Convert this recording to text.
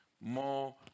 more